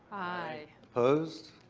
aye. opposed.